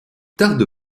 tarde